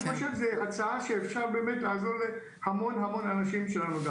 אני חושב שזו הצעה שתאפשר לעזור להמון המון אנשים שלנו.